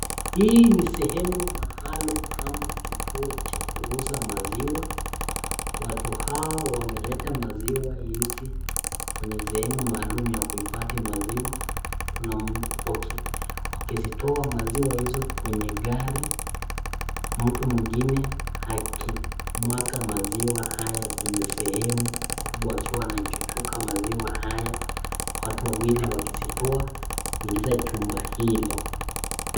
Hii ni sehemu maalum ama kituo cha kuuza maziwa, watu hao wameleta maziwa hizi kwesehemu maalum ya kuhifadhi maziwa, wakizitoa maziwa hizo kwenye gari, mtu mwingine akimwaga maziwa haya kwenye sehemu kubwa akiwa anaichuchuka maziwa haya, watu wawili wakizitoa, kuingiza katika chumba hilo.